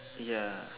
ya